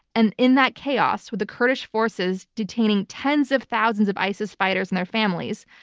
and in that chaos with the kurdish forces detaining tens of thousands of isis fighters and their families,